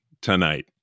tonight